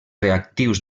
reactius